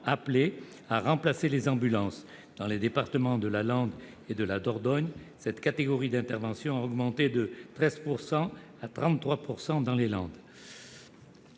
appelés à remplacer les ambulanciers. Dans les départements de la Gironde et de la Dordogne, cette catégorie d'intervention a augmenté de 13 %, ce taux